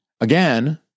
again